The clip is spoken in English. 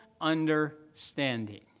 understanding